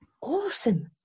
awesome